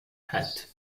hat